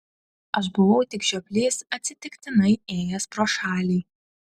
aš buvau tik žioplys atsitiktinai ėjęs pro šalį